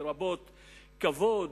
לרבות כבוד,